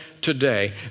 today